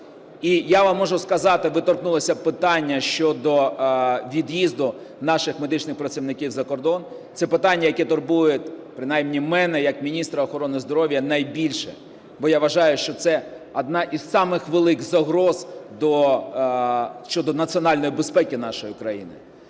І я вам можу сказати, ви торкнулися питання щодо від'їзду наших медичних працівників за кордон. Це питання, яке турбує принаймні мене, як міністра охорони здоров'я, найбільше. Бо, я вважаю, що це одна із самих великих загроз щодо національної безпеки нашої країни.